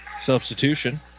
Substitution